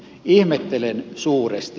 ihmettelen suuresti